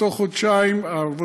בתוך חודשיים עד שלושה,